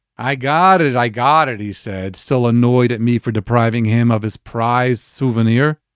i got and it. i got it, he said, still annoyed at me for depriving him of his prized souvenir.